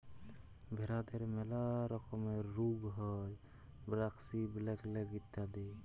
ভেরাদের ম্যালা রকমের রুগ হ্যয় ব্র্যাক্সি, ব্ল্যাক লেগ ইত্যাদি